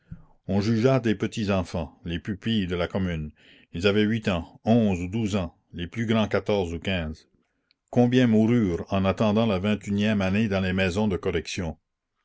on jugea des petits enfants les pupilles de la commune ils avaient huit ans onze ou douze ans les plus grands quatorze ou quinze combien moururent en attendant la vingt unième année dans les maisons de correction